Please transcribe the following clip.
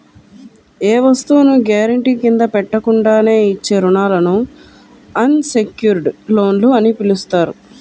ఏ వస్తువును గ్యారెంటీ కింద పెట్టకుండానే ఇచ్చే రుణాలను అన్ సెక్యుర్డ్ లోన్లు అని పిలుస్తారు